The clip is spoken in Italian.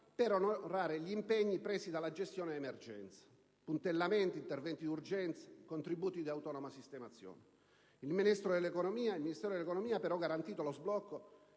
per onorare gli impegni presi dalla gestione dell'emergenza (puntellamenti, interventi d'urgenza, contributi di autonoma sistemazione). Il Ministero dell'economia ha garantito lo sblocco